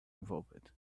involved